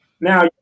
now